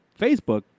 Facebook